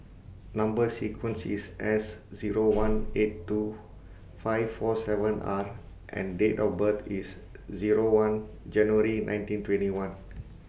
Number sequence IS S Zero one eight two five four seven R and Date of birth IS Zero one January nineteen twenty one